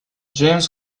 james